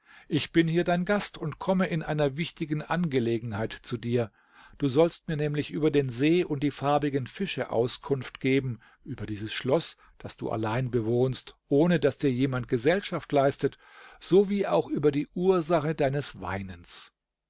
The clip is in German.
ich bin hier dein gast und komme in einer wichtigen angelegenheit zu dir du sollst mir nämlich über den see und die farbigen fische auskunft geben über dieses schloß das du allein bewohnst ohne daß dir jemand gesellschaft leistet sowie auch über die ursache deines weinens